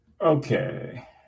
Okay